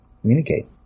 communicate